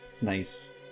Nice